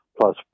plus